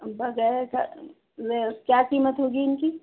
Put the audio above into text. کیا قیمت ہوگی ان کی